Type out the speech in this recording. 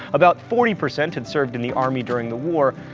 about forty percent had served in the army during the war.